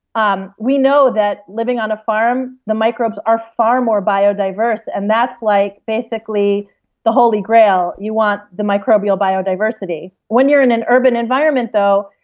um we know that living on a farm, the microbes are far more biodiverse. and that's like basically the holy grail. you want the microbial biodiversity when you're in an urban environment, though,